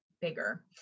bigger